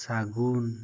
ᱥᱟᱹᱜᱩᱱ